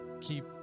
keep